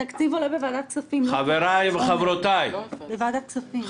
התקציב עולה בוועדת הכספים, לא פה.